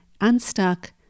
unstuck